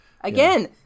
again